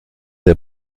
der